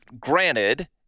granted